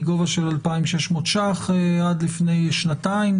מגובה של 2,600 ₪ עד לפני שנתיים,